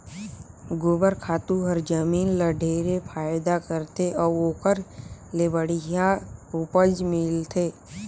गोबर खातू हर जमीन ल ढेरे फायदा करथे अउ ओखर ले बड़िहा उपज मिलथे